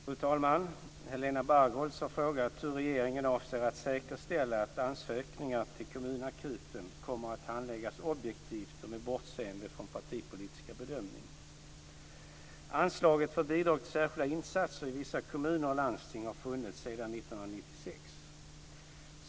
Fru talman! Helena Bargholtz har frågat hur regeringen avser att säkerställa att ansökningar till kommunakuten kommer att handläggas objektivt och med bortseende från partipolitisk bedömning. Anslaget för bidrag till särskilda insatser i vissa kommuner och landsting har funnits sedan år 1996.